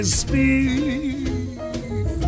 speak